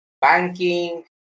banking